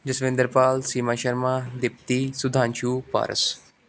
Jaswinder Pal Seema Sharma Deepti Sudhanshu Paras